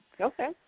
Okay